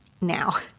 Now